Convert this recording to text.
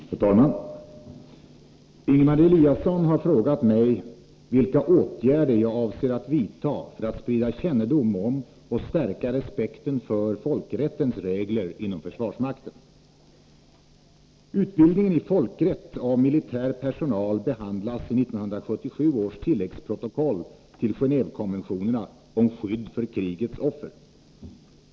Herr talman! Ingemar Eliasson har frågat mig vilka åtgärder jag avser att vidta för att sprida kännedom om och stärka respekten för folkrättens regler inom försvarsmakten. Utbildningen i folkrätt av militär personal behandlas i 1977 års tilläggsprotokoll till Genåvekonventionerna om skydd för krigets offer.